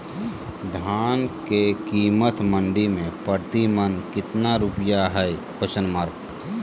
धान के कीमत मंडी में प्रति मन कितना रुपया हाय?